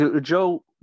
Joe